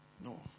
No